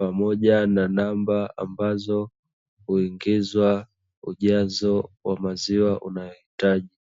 pamoja na namba ambazo huingiza ujazo wa maziwa unaohitaji.